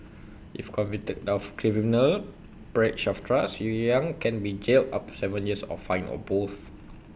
if convicted of criminal breach of trust yang can be jailed up to Seven years or fined or both